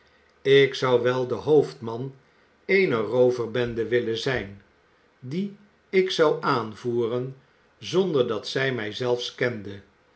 ik zou wel de hoofdman eener rooverbende willen zijn die ik zou aanvoeren zonder dat zij mij zelfs kende